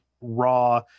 raw